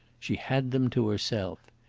she had them to herself.